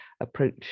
approach